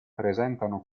presentano